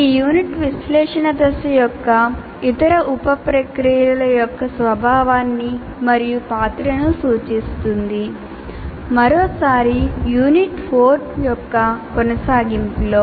ఈ యూనిట్ విశ్లేషణ దశ యొక్క ఇతర ఉప ప్రక్రియల యొక్క స్వభావాన్ని మరియు పాత్రను సూచిస్తుంది మరోసారి యూనిట్ 4 యొక్క కొనసాగింపులో